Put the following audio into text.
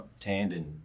Tandon